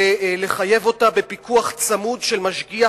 ולחייב אותה בפיקוח צמוד של משגיח,